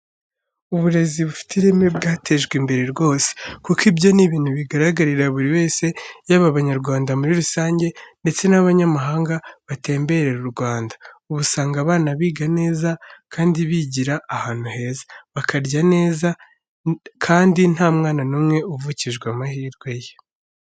Uburezi bufite ireme bwatejwe imbere rwose, kuko ibyo ni ibintu bigaragarira buri wese yaba Abanyarwanda muri rusange ndetse n'abanyamahanga batemberera u Rwanda. Uba usanga abana biga neza kandi bigira ahantu heza, bakarya neza kandi nta mwana n'umwe uvukijwe amahirwe ye.